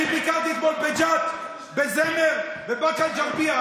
אני ביקרתי אתמול בג'ת, בזמר ובבאקה אל-גרבייה.